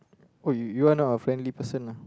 what you you one of friendly person lah